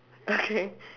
okay